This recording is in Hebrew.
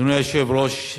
אדוני היושב-ראש,